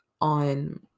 on